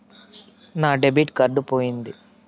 నా debit card పోయింది